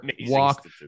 walk